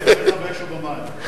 אחריך באש ובמים.